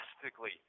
drastically